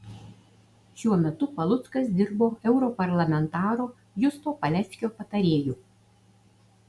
šiuo metu paluckas dirbo europarlamentaro justo paleckio patarėju